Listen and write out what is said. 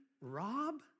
rob